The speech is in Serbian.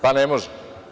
Pa, ne može.